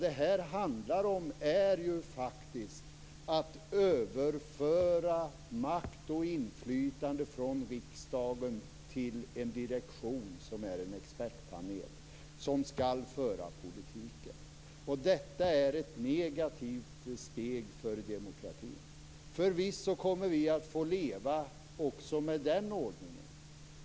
Det handlar om att överföra makt och inflytande från riksdagen till en direktion, en expertpanel, som skall föra politiken. Detta är ett negativt steg för demokratin. Förvisso kommer vi att få leva också med den ordningen.